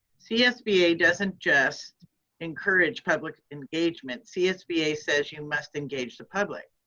csba doesn't just encourage public engagement, csba says you must engage the public.